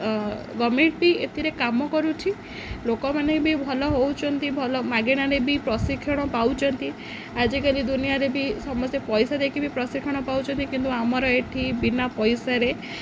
government ବି ଏଥିରେ କାମ କରୁଛି ଲୋକମାନେ ବି ଭଲ ହେଉଛନ୍ତି ଭଲ ମାଗଣାରେ ବି ପ୍ରଶିକ୍ଷଣ ପାଉଛନ୍ତି ଆଜିକାଲି ଦୁନିଆରେ ବି ସମସ୍ତେ ପଇସା ଦେଇକି ବି ପ୍ରଶିକ୍ଷଣ ପାଉଛନ୍ତି କିନ୍ତୁ ଆମର ଏଇଠି ବିନା ପଇସାରେ